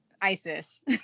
Isis